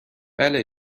بله